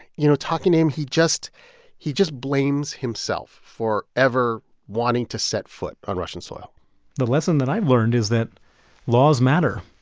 you know, talking to him, he just he just blames himself for ever wanting to set foot on russian soil the lesson that i've learned is that laws matter,